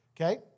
Okay